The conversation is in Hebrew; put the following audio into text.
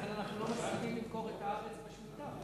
לכן אנחנו לא מסכימים למכור את הארץ בשמיטה.